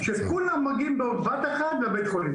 שכולם מגיעים בבת אחת לבית החולים